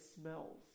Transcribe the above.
smells